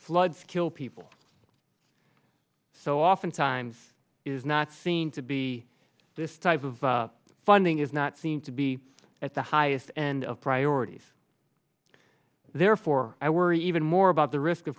floods kill people so oftentimes is not seen to be this type of funding is not seen to be at the highest end of priorities therefore i worry even more about the risk of